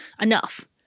enough